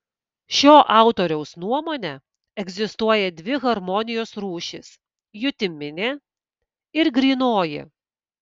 šio autoriaus nuomone egzistuoja dvi harmonijos rūšys jutiminė ir grynoji